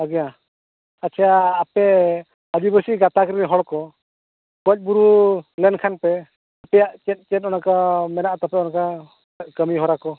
ᱟᱪᱪᱷᱟ ᱟᱯᱮ ᱟᱹᱫᱤᱵᱟᱹᱥᱤ ᱜᱟᱛᱟᱠ ᱨᱮᱱ ᱦᱚᱲ ᱠᱚ ᱜᱚᱡ ᱜᱩᱨᱩ ᱞᱮᱱᱠᱷᱟᱱ ᱯᱮ ᱟᱯᱮᱭᱟᱜ ᱪᱮᱫ ᱪᱮᱫ ᱚᱱᱠᱟ ᱢᱮᱱᱟᱜ ᱛᱟᱯᱮᱭᱟ ᱚᱱᱠᱟ ᱠᱟᱹᱢᱤ ᱦᱚᱨᱟ ᱠᱚ